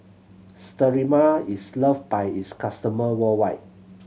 Sterimar is loved by its customer worldwide